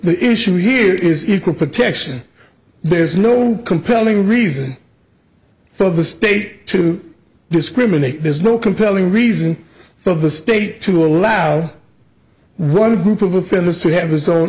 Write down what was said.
the issue here is equal protection there's no compelling reason for the state to discriminate there's no compelling reason for the state to allow one group of offenders to have his own